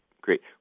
Great